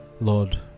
Lord